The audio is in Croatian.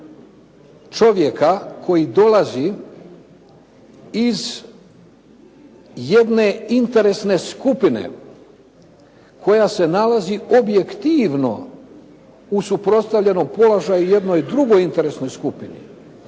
čovjeka koji dolazi iz jedne interesne skupine koja se nalazi objektivno u suprotstavljenom položaju jednoj drugoj interesnoj skupini,